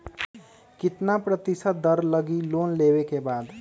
कितना प्रतिशत दर लगी लोन लेबे के बाद?